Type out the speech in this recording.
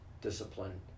discipline